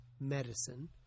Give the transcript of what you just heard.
medicine